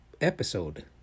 episode